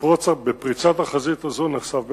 ובפריצת החזית הזאת נחשף בית-הכנסת,